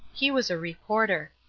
he was a reporter.